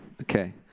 Okay